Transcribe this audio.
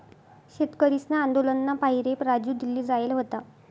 शेतकरीसना आंदोलनना पाहिरे राजू दिल्ली जायेल व्हता